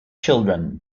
children